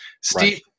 Steve